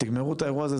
תגמרו את האירוע הזה,